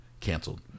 canceled